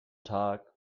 tag